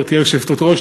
גברתי היושבת-ראש,